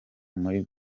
muri